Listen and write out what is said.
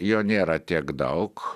jo nėra tiek daug